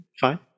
Fine